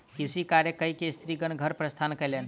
कृषि कार्य कय के स्त्रीगण घर प्रस्थान कयलैन